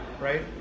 right